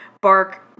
bark